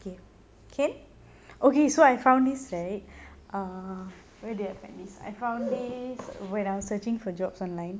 okay can okay so I found this right err where did I find this I found it when I was searching for jobs online